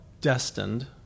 destined